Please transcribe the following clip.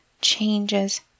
changes